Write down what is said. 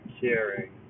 caring